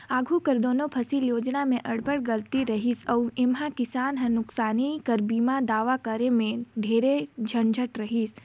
आघु कर दुनो फसिल योजना में अब्बड़ गलती रहिस अउ एम्हां किसान ल नोसकानी कर बीमा दावा करे में ढेरे झंझट रहिस